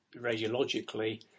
radiologically